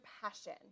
passion